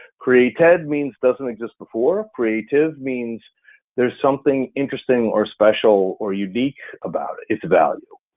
created means doesn't exist before, creative means there's something interesting, or special, or unique about it, its value.